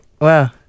Wow